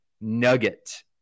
Nugget